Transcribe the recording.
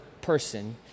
person